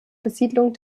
besiedlung